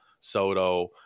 Soto